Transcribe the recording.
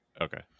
Okay